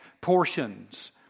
portions